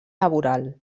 laboral